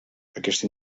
aquesta